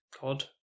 God